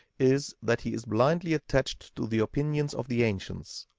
is that he is blindly attached to the opinions of the ancients,